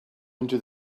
into